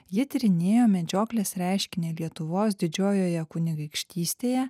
ji tyrinėjo medžioklės reiškinį lietuvos didžiojoje kunigaikštystėje